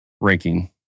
ranking